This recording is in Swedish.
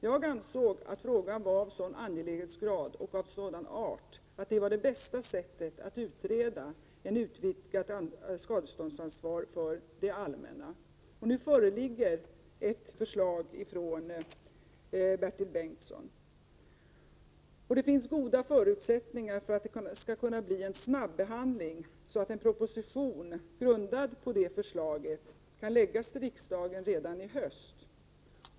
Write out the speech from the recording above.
Jag ansåg att frågan var av sådan angelägenhetsgrad och art att detta var det bästa sättet att utreda ett utvidgat skadeståndsansvar för det allmänna. Nu föreligger ett förslag från Bertil Bengtsson. Det finns goda förutsättningar för en snabb behandling, så att en proposition, grundad på det förslaget, kan läggas fram för riksdagen redan i höst.